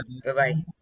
Bye-bye